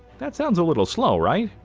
that sounds a little slow, right?